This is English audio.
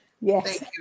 Yes